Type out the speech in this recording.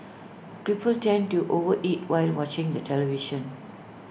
people tend to overeat while watching the television